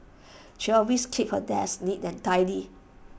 she always keeps her desk neat and tidy